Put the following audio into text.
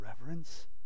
reverence